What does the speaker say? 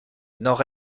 nord